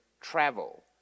travel